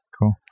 Cool